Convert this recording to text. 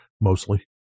mostly